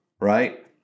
right